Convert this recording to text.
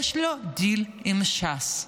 יש לו דיל עם ש"ס.